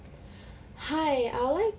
hi I would like